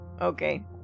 Okay